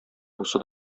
бусы